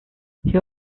who